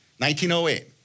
1908